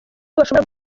bashobora